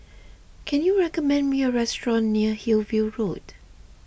can you recommend me a restaurant near Hillview Road